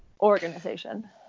organization